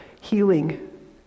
healing